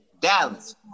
Dallas